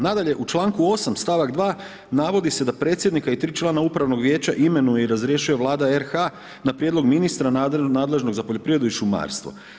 Nadalje u članku 8. stavak 2. navodi se da predsjednika i tri člana upravnog vijeća imenuje i razrješuje Vlada RH na prijedlog ministra nadležnog za poljoprivredu i šumarstvo.